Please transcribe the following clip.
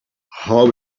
how